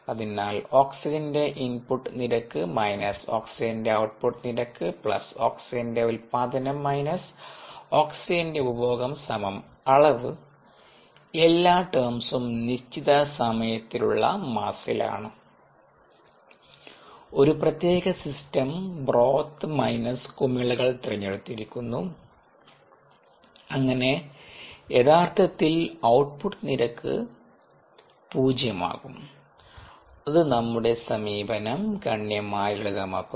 അതിനാൽ ഓക്സിജന്റെ ഇൻപുട്ട് നിരക്ക മൈനസ് ഓക്സിജന്റെ ഔട്ട്പുട്ട് നിരക്ക് പ്ളസ് ഓക്സിജന്റെ ഉൽപ്പാദനം മൈനസ് ഓക്സിജന്റെ ഉപഭോഗം സമം അളവ് എല്ലാ ടേംസും നിശ്ചിത സമയത്തിലുള്ള മാസ്സിലാണ് ഈ പ്രത്യേക സിസ്റ്റം ബ്രോത്ത് മൈനസ് കുമിളകൾ തിരഞ്ഞെടുത്തിരിക്കുന്നു അങ്ങനെ യഥാർത്ഥത്തിൽ ഔട്ട്പുട്ട് നിരക്ക് 0മാകും അത് നമ്മുടെ സമീപനം ഗണ്യമായി ലളിതമാക്കുന്നു